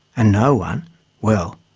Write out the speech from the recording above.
and no one well,